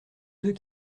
ceux